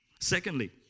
Secondly